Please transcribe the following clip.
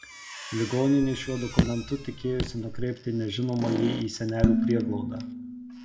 ligoninė šiuo dokumentu tikėjosi nukreipti nežinomąjį į senelių prieglaudą